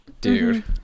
dude